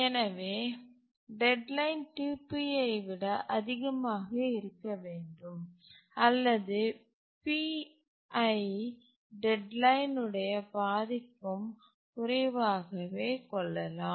எனவே deadline 2P ஐ விட அதிகமாக இருக்க வேண்டும் அல்லது P ஐ டெட்லைன் உடைய பாதிக்கும் குறைவாகவே கொள்ளலாம்